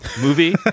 movie